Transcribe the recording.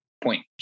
point